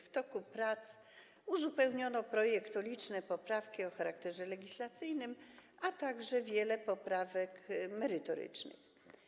W toku prac uzupełniono projekt o liczne poprawki o charakterze legislacyjnym, a także o wiele poprawek merytorycznych.